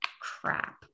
crap